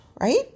Right